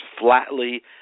flatly